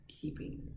keeping